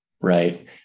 right